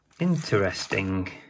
Interesting